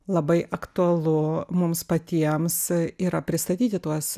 labai aktualu mums patiems yra pristatyti tuos